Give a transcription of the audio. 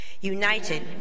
United